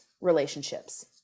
relationships